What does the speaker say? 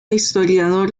historiador